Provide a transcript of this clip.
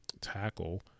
tackle